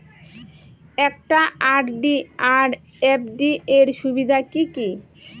একটা আর.ডি আর এফ.ডি এর সুবিধা কি কি?